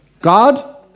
God